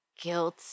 guilt